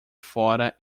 fora